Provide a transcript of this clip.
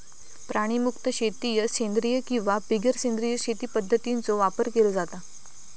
प्राणीमुक्त शेतीत सेंद्रिय किंवा बिगर सेंद्रिय शेती पध्दतींचो वापर केलो जाता